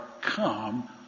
come